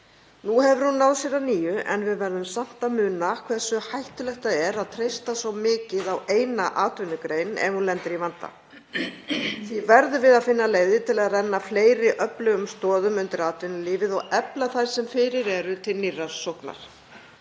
Nú hefur hún náð sér að nýju en við verðum samt að muna hversu hættulegt það er að treysta svo mikið á eina atvinnugrein ef hún lendir í vanda. Því verðum við að finna leiðir til að renna fleiri öflugum stoðum undir atvinnulífið og efla þær sem fyrir eru til nýrrar sóknar.